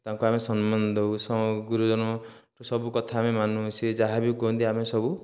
ତାଙ୍କୁ ଆମେ ସମ୍ମାନ ଦେଉ ଏ ଗୁରୁଜନଙ୍କ ସବୁ କଥା ବି ଆମେ ମାନୁ ସେ ଯାହା ବି କୁହନ୍ତି ଆମେ ସବୁ